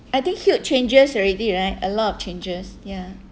I think he'll changes already right a lot of changes ya